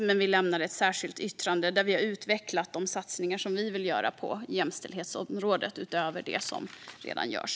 Men vi lämnade ett särskilt yttrande där vi har utvecklat de satsningar som vi vill göra på jämställdhetsområdet utöver det som redan görs.